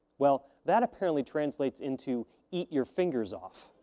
well, that apparently translates into eat your fingers off.